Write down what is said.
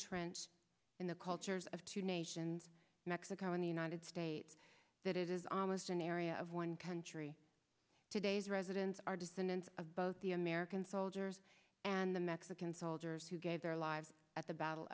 entrenched in the cultures of two nations mexico and the united states that it is almost an area of one country today's residents are descendants of both the american soldiers and the mexican soldiers who gave their lives at the battle